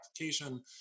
application